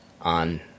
on